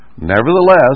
Nevertheless